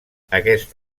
aquest